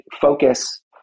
focus